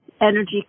energy